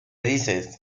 dices